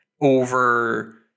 over